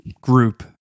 group